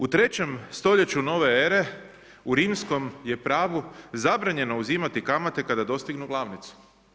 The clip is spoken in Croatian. U 3. stoljeću nove ere u rimskom je pravu zabranjeno uzimati kamate kada dostignu glavnicu.